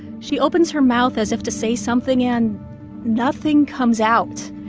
she opens her mouth as if to say something, and nothing comes out.